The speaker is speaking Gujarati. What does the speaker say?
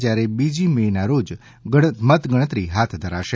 જયારે બીજી મે ના રોજ મતગણતરી હાથ ધરાશે